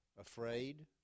Afraid